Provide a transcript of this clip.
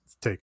take